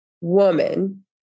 woman